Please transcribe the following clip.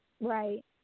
Right